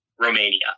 Romania